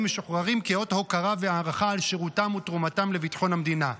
משוחררים כאות הוקרה והערכה על שירותם ותרומתם לביטחון המדינה.